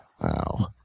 Wow